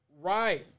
Right